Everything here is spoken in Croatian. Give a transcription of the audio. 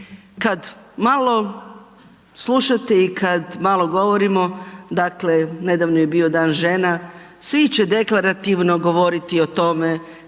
Kad malo slušate i kad malo govorimo, dakle nedavno je bio Dan žena, svi će deklarativno govoriti o tome